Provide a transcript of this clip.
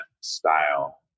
style